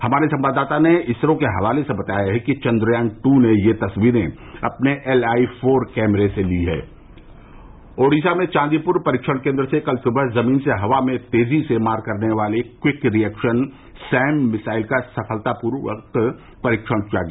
हमारे संवाददाता ने इसरो के हवाले से बताया है कि चंद्रयान टू ने ये तस्वीरें अपने एलआई फोर कैमरे से ली हैं ओडिशा में चांदीपुर परीक्षण केन्द्र से कल सुबह जमीन से हवा में तेजी से मार करने वाली क्विक रिएक्शन सैम मिसाइल का सफलतापूर्वक परीक्षण किया गया